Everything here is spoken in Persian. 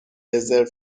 رزرو